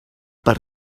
per